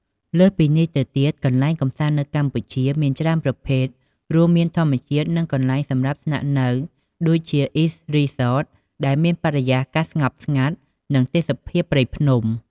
លើសពីនេះទៅទៀតកន្លែងកំសាន្តនៅកម្ពុជា មានច្រើនប្រភេទ រួមមានធម្មជាតិ និងកន្លែងសម្រាប់ស្នាក់នៅ ដូចជា អ៊ីស្ត រីសត ដែលមានបរិយាកាសស្ងប់ស្ងាត់ និងទេសភាពព្រៃភ្នំ។